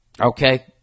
Okay